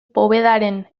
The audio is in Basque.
povedaren